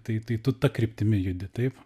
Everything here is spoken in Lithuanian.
tai tai tu ta kryptimi judi taip